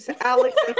Alex